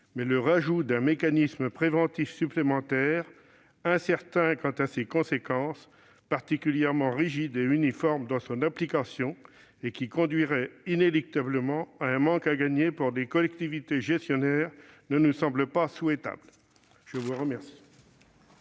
que l'ajout d'un mécanisme préventif supplémentaire, incertain quant à ses conséquences, particulièrement rigide et uniforme dans son application, et qui conduirait inéluctablement à créer un manque à gagner pour les collectivités gestionnaires, ne nous semble pas souhaitable. La parole